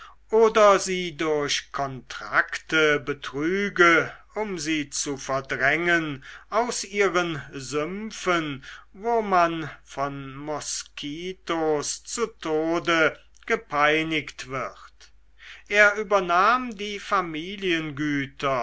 oder sie durch kontrakte betriege um sie zu verdrängen aus ihren sümpfen wo man von moskitos zu tode gepeinigt wird er übernahm die